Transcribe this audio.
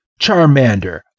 Charmander